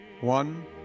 One